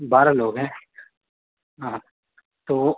बारह लोग हैं हाँ तो